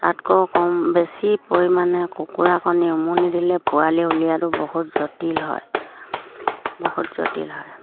তাতকৈ কম বেছি পৰিমাণে কুকুৰা কণী উমনি দিলে পোৱালি উলিয়াটো বহুত জটিল হয় বহুত জটিল হয়